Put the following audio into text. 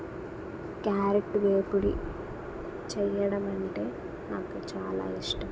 carrot వేపుడు చేయడం అంటే నాకు చాలా ఇష్టం